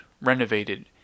renovated